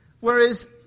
Whereas